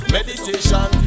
Meditation